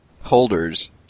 holders